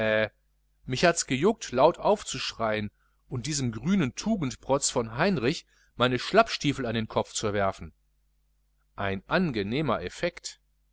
mich hats gejuckt laut aufzuschreien und diesem grünen tugendprotz von heinrich meine schlappstiefel an den kopf zu werfen ein angenehmer effekt